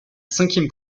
cinquième